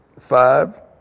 Five